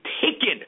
taken